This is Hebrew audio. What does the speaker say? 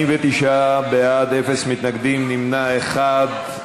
49 בעד, אין מתנגדים, נמנע אחד.